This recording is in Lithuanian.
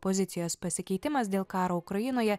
pozicijos pasikeitimas dėl karo ukrainoje